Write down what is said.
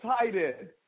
excited